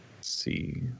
see